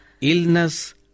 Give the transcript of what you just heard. illness